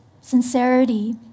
sincerity